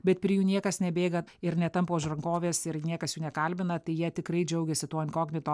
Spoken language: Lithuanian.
bet prie jų niekas nebėga ir netampo už rankovės ir niekas jų nekalbina tai jie tikrai džiaugiasi tuo inkognito